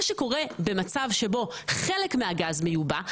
מה שקורה במצב שבו חלק מהגז מיובא,